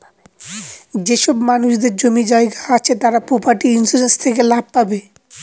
যেসব মানুষদের জমি জায়গা আছে তারা প্রপার্টি ইন্সুরেন্স থেকে লাভ পাবে